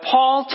Paul